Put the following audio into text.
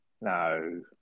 No